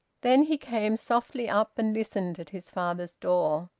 then he came softly up, and listened at his father's door.